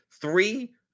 three